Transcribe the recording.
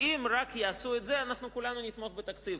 אם רק יעשו את זה, אנחנו כולנו נתמוך בתקציב.